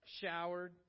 showered